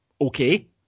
okay